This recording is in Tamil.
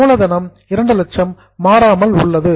மூலதனம் 200000 மாறாமல் உள்ளது